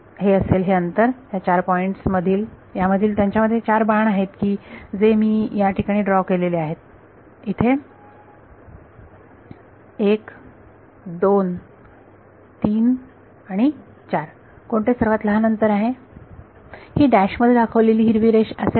हे असेल हे अंतर ह्या चार पॉईंट्स यामधील त्यांच्यामध्ये चार बाण आहेत की जे मी या ठिकाणी ड्रॉ केलेले आहेत इथे 1 2 3 आणि 4 कोणते सर्वात लहान अंतर असेल ही डॅश मध्ये दाखवलेली हिरवी रेष असेल का